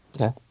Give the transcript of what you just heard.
Okay